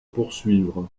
poursuivre